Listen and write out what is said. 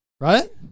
Right